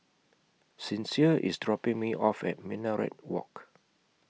Sincere IS dropping Me off At Minaret Walk